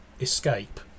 escape